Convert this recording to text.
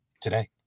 today